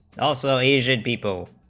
also lesion people